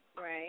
Right